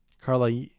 Carla